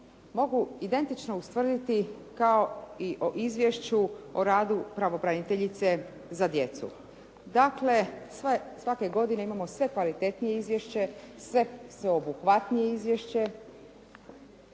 mogu identično ustvrditi kao i o Izvješću o radu pravobraniteljice za djecu. Dakle, svake godine imamo sve kvalitetnije izvješće, sveobuhvatnije izvješće,